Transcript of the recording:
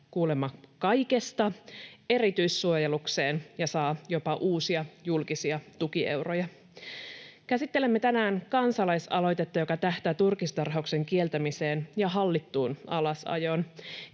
kuulemma kaikesta, erityissuojelukseen ja saa jopa uusia julkisia tukieuroja. Käsittelemme tänään kansalaisaloitetta, joka tähtää turkistarhauksen kieltämiseen ja hallittuun alasajoon.